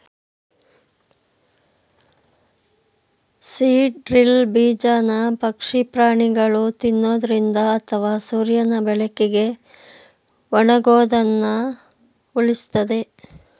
seed drill ಬೀಜನ ಪಕ್ಷಿ ಪ್ರಾಣಿಗಳು ತಿನ್ನೊದ್ರಿಂದ ಅಥವಾ ಸೂರ್ಯನ ಬೆಳಕಿಗೆ ಒಣಗೋದನ್ನ ಉಳಿಸ್ತದೆ